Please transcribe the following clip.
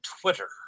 Twitter